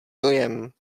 dojem